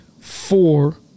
four